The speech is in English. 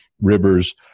rivers